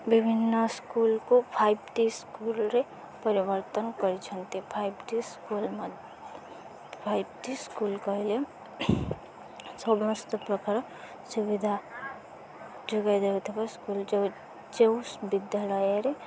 ବିଭିନ୍ନ ସ୍କୁଲ୍କୁ ଫାଇବ୍ ଟି ସ୍କୁଲ୍ରେ ପରିବର୍ତ୍ତନ କରିଛନ୍ତି ଫାଇବ୍ ଟି ସ୍କୁଲ୍ ମଧ୍ୟ ଫାଇବ୍ ଟି ସ୍କୁଲ୍ କହିଲେ ସମସ୍ତ ପ୍ରକାର ସୁବିଧା ଯୋଗାଇ ଦେଉଥିବା ସ୍କୁଲ୍ ଯେଉଁ ଯେଉଁ ବିଦ୍ୟାଳୟରେ